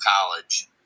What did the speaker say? College